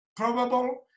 Probable